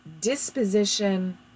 disposition